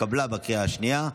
התקבלה בקריאה השנייה.